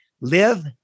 Live